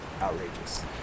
outrageous